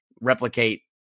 replicate